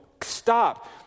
stop